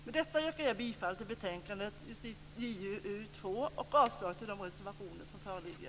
Med det anförda yrkar jag bifall till hemställan i justitieutskottets betänkande 2 och avslag på reservationerna.